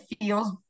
feels